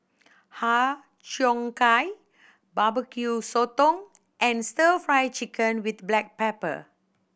Har Cheong Gai bbq sotong and Stir Fry Chicken with black pepper